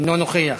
אינו נוכח.